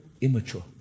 immature